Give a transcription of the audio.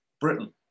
britain